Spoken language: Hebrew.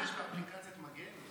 משתמש באפליקציית מגן?